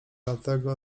dlatego